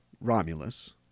Romulus